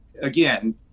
Again